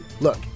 Look